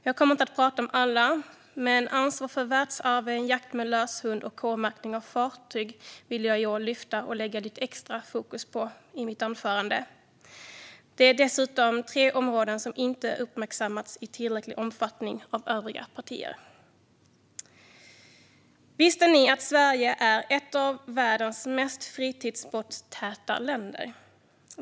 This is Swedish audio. Jag kommer inte att prata om alla, men ansvar för världsarven, jakt med löshund och k-märkning av fartyg vill jag i år lyfta fram och sätta lite extra fokus på i mitt anförande. Det är dessutom tre områden som inte uppmärksammats i tillräcklig omfattning av övriga partier. Visste ni att Sverige är ett av världens mest fritidsbåtstäta länder?